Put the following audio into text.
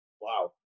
wow